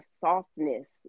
softness